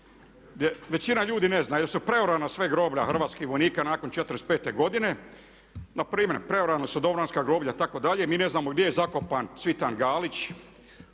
većina ljudi ne zna jer su preorana sva groblja hrvatskih vojnika nakon '45. godine, na primjer preorana su domobranska groblja itd. Mi ne znamo gdje je zakopan Cvitan Galić,